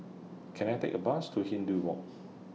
Can I Take A Bus to Hindhede Walk